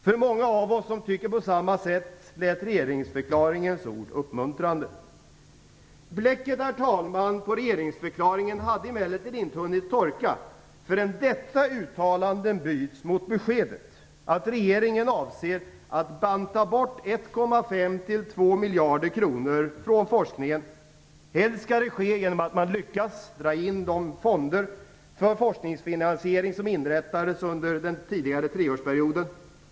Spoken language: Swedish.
För många av oss som tycker på samma sätt lät regeringsförklaringens ord uppmuntrande. Bläcket på regeringsförklaringen hade emellertid inte hunnit torka förrän detta uttalande bytts mot beskedet att regeringen avser att banta bort 1,5-2 miljarder kronor från forskningen. Helst skall det ske genom att man lyckas dra in de fonder för forskningsfinansiering som inrättades under den tidigare treårsperioden.